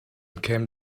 came